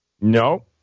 No